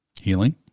healing